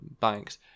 banks